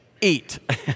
eat